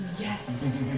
Yes